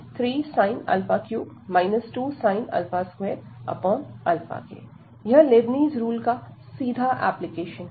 2 2 3 2 3 3 2 2 यह Leibniz rule का सीधा एप्लीकेशन है